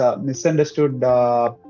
misunderstood